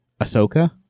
Ahsoka